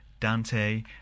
Dante